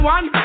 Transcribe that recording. One